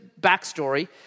backstory